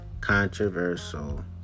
controversial